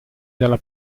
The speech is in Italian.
dalla